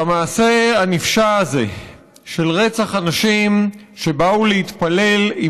והמעשה הנפשע הזה של רצח אנשים שבאו להתפלל עם